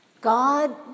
God